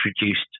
introduced